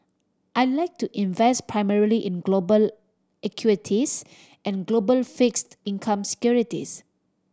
I like to invest primarily in global equities and global fixed income securities